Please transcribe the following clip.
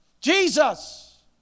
Jesus